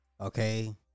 Okay